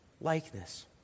likeness